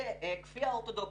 זאת כפייה אורתודוכסית,